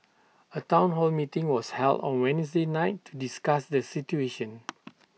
A Town hall meeting was held on Wednesday night to discuss the situation